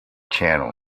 channel